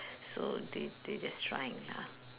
so they they just trying lah